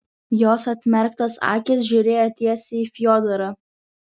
jos atmerktos akys žiūrėjo tiesiai į fiodorą